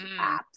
apps